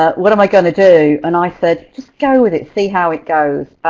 ah what am i gonna do? and i said, just go with it. see how it goes.